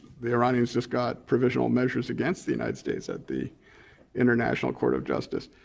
the iranians just got provisional measures against the united states at the international court of justice.